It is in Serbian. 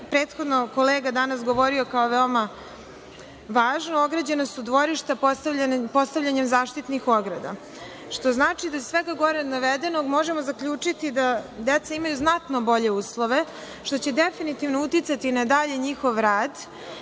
prethodno kolega danas govorio kao veoma važno, ograđena su dvorišta, postavljene su zaštitne ograde. Što znači da iz svega gore navedenog možemo zaključiti da deca imaju znatno bolje uslove što će definitivno uticati na dalji njihov rad,